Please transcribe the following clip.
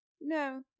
no